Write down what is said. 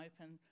open